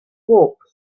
walk